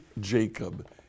Jacob